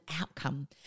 outcome